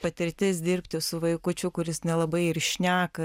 patirtis dirbti su vaikučiu kuris nelabai ir šneka